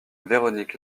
véronique